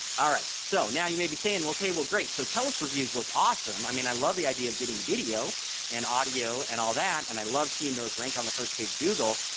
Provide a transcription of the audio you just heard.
all right. so now you may be saying well ok well great. sotellus reviews look awesome. i mean i love the idea of getting video and audio and all that and i love seeing those rank on the first page of google.